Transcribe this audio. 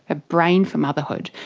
a brain for motherhood,